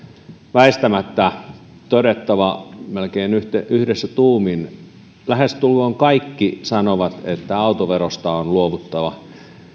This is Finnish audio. väistämättä todettava että melkein yhdessä tuumin lähestulkoon kaikki sanovat että autoverosta on luovuttava